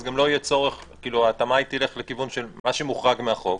אז ההתאמה תלך בכיוון של מה שמוחרג מהחוק.